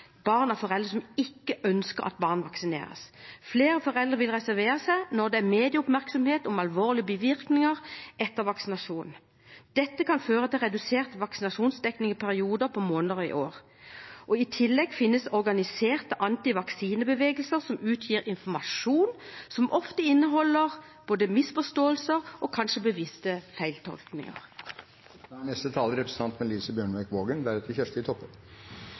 barn av foreldre som ikke ønsker at barn vaksineres. Flere foreldre vil reservere seg når det er medieoppmerksomhet om alvorlige bivirkninger etter vaksinasjon. Dette kan føre til redusert vaksinasjonsdekning i perioder på måneder og år. I tillegg finnes organiserte antivaksinebevegelser som utgir informasjon som ofte inneholder både misforståelser og kanskje bevisste feiltolkninger. Jeg vil begynne med å takke interpellanten for å reise dette viktige spørsmålet. Vi i Arbeiderpartiet er